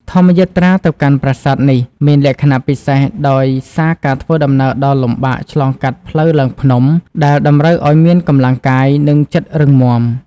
ធម្មយាត្រាទៅកាន់ប្រាសាទនេះមានលក្ខណៈពិសេសដោយសារការធ្វើដំណើរដ៏លំបាកឆ្លងកាត់ផ្លូវឡើងភ្នំ ដែលតម្រូវឲ្យមានកម្លាំងកាយ និងចិត្តរឹងមាំ។